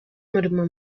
umurimo